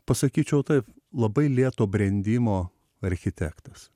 pasakyčiau taip labai lėto brendimo architektas